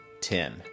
Tim